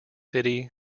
city